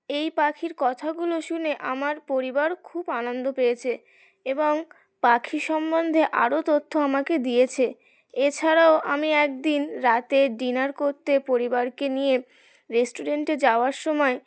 এই পাখির কথাগুলো শুনে আমার পরিবার খুব আনন্দ পেয়েছে এবং পাখি সম্বন্ধে আরও তথ্য আমাকে দিয়েছে এছাড়াও আমি একদিন রাতে ডিনার করতে পরিবারকে নিয়ে রেস্টুরেন্টে যাওয়ার সময়